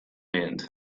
end